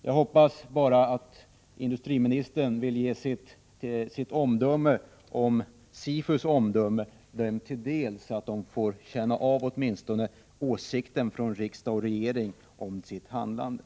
Jag hoppas bara att industriministern vill delge SIFU sitt omdöme om SIFU:s omdöme, så att man där åtminstone får kännedom om riksdagens och regeringens åsikt om agerandet.